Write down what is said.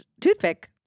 toothpick